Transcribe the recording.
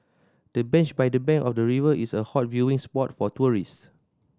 the bench by the bank of the river is a hot viewing spot for tourist